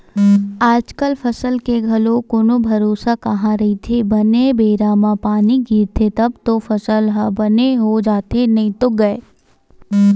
आजकल फसल के घलो कोनो भरोसा कहाँ रहिथे बने बेरा म पानी गिरगे तब तो फसल ह बने हो जाथे नइते गय